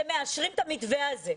שהם מאשרים את המתווה הזה.